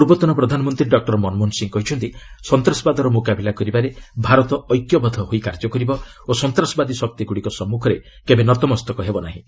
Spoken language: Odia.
ପୂର୍ବତନ ପ୍ରଧାନମନ୍ତ୍ରୀ ଡକ୍ଟର ମନମୋହନ ସିଂ କହିଛନ୍ତି ସନ୍ତାସବାଦର ମୁକାବିଲା କରିବାରେ ଭାରତ ଐକ୍ୟବଦ୍ଧ ହୋଇ କାର୍ଯ୍ୟ କରିବ ଓ ସନ୍ତାସବାଦୀ ସଶକ୍ତିଗୁଡ଼ିକ ସମ୍ମୁଖରେ କେବେ ନତମସ୍ତକ ହେବ ନାହିଁ